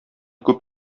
күп